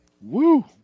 woo